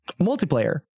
multiplayer